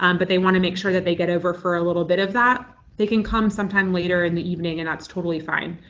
um but they want to make sure that they get over for a little bit of that, they can come sometime later in the evening and that's totally fine.